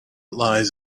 lies